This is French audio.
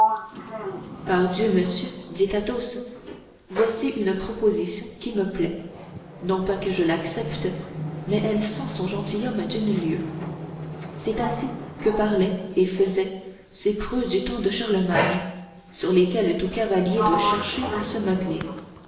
pardieu monsieur dit athos voici une proposition qui me plaît non pas que je l'accepte mais elle sent son gentilhomme d'une lieue c'est ainsi que parlaient et faisaient ces preux du temps de charlemagne sur lesquels tout cavalier doit chercher à se modeler